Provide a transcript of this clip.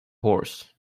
horse